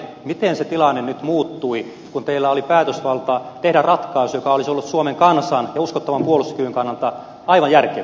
miten se tilanne nyt muuttui kun teillä oli päätösvaltaa tehdä ratkaisu joka olisi ollut suomen kansan ja uskottavan puolustuskyvyn kannalta aivan järkevä